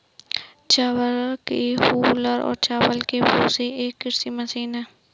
चावल की हूलर या चावल की भूसी एक कृषि मशीन है